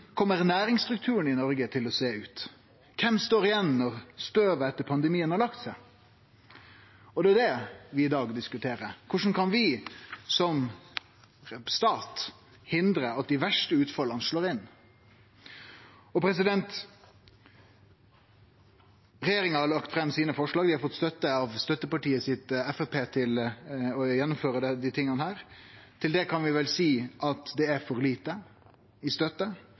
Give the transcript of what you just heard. næringsstrukturen i Noreg til å sjå ut? Kven står igjen når støvet etter pandemien har lagt seg? Det er det vi i dag diskuterer. Korleis kan vi som stat hindre at dei verste utfalla slår inn? Regjeringa har lagt fram forslaga sine. Dei har fått støtte av støttepartiet sitt Framstegspartiet til å gjennomføre desse tinga. Til det kan vi vel seie at det er for lite i støtte